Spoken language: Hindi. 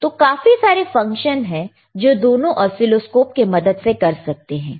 तो काफी सारे फंक्शन है जो दोनों ऑसीलोस्कोप के मदद से कर सकते हैं